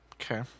okay